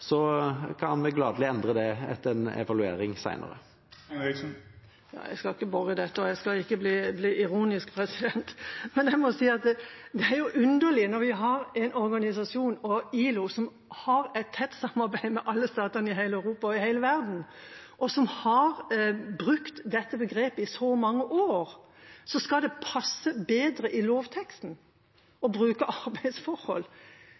kan vi gladelig endre det etter en evaluering senere. Jeg skal ikke bore i dette, og jeg skal ikke bli ironisk, men jeg må si at det er underlig – når vi har en organisasjon i ILO, som har et tett samarbeid med alle statene i hele Europa og i hele verden, og som har brukt dette begrepet i så mange år – at det skal passe bedre i lovteksten